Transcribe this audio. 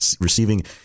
receiving